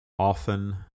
Often